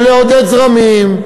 ולעודד זרמים,